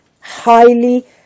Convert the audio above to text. highly